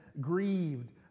grieved